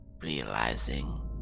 Realizing